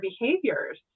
behaviors